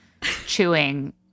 chewing